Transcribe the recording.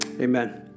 Amen